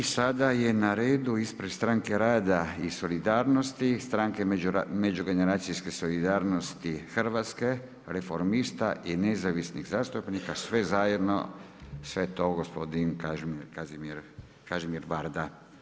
I sada je na redu ispred Stranke rada i solidarnosti, Stranke međugeneracijske solidarnosti Hrvatske, Reformista i nezavisnih zastupnika sve zajedno sve to gospodin Kažimir VArda.